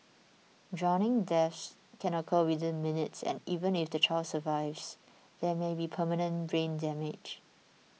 drowning death can occur within minutes and even if the child survives there may be permanent brain damage